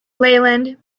leyland